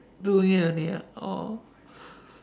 two meals only ah oh